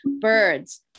Birds